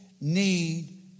need